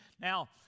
Now